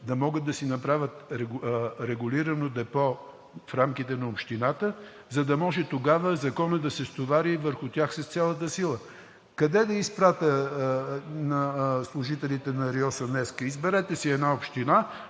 да могат да си направят регулирано депо в рамките на общината, за да може тогава законът да се стовари върху тях с цялата си сила. Къде да изпратя служителите на РИОСВ днес? Изберете си една община.